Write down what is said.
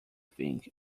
think